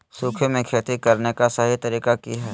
सूखे में खेती करने का सही तरीका की हैय?